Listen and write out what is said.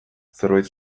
zerbait